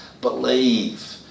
believe